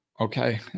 Okay